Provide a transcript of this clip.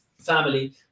family